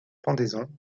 pendaison